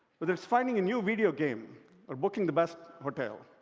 whether it's finding a new video game or booking the best hotel,